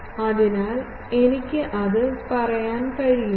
അതിനാൽ എനിക്ക് അത് പറയാൻ കഴിയുമോ